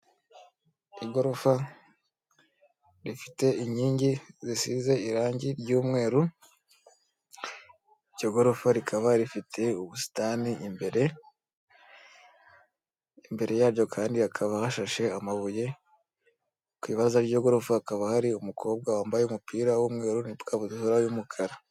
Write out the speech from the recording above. Igorofa rifite inkingi zisize irangi ry'umweru, iryo gorofa rikaba rifite ubusitani imbere, imbere yaryo kandi hakaba hashashe amabuye, ku ibaraza ry'iyo gorofa hakaba hari umukobwa wambaye umupira w'umweru n'ikabutura y'umukara.